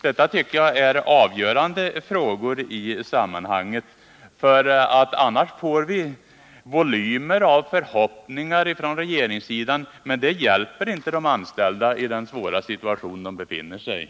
Detta tycker jag är avgörande frågor i sammanhanget. Om vi inte får svar på de frågorna far man stora volymer av förhoppningar fran regeringen —-men det hjälper inte de anställda i den svåra situation de befinner sig i.